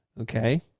okay